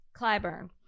Clyburn